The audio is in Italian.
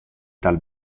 dal